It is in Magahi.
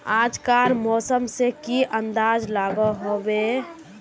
आज कार मौसम से की अंदाज लागोहो होबे?